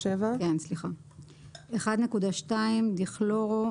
1.2 דיכלורו,